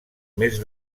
mes